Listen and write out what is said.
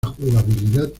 jugabilidad